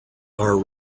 are